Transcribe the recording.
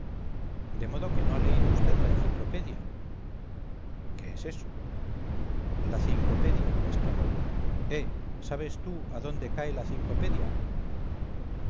de modo que no ha leído vd la enciclopedia qué es eso la cincopedia exclamó uno eh sabes tú a dónde cae la cincopedia esta